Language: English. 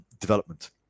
development